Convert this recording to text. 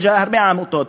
של הרבה עמותות,